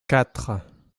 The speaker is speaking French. quatre